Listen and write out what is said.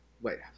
Wait